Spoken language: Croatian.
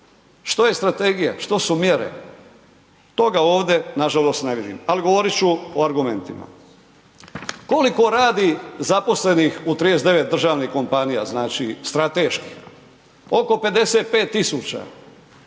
što je strategija, što su mjere, toga ovde nažalost ne vidimo, ali odgovorit ću o argumentima. Koliko radi zaposlenih u 39 državnih kompanija, znači strateških, oko 55.000.